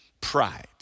pride